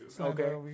Okay